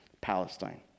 Palestine